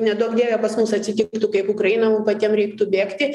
neduok dieve pas mus atsitiktų kaip ukraina mum patiem reiktų bėgti